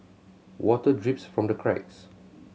water drips from the cracks